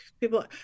people